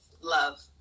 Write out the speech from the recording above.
love